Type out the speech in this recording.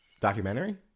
documentary